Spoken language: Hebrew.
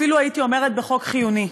אפילו הייתי אומרת בחוק חיוני.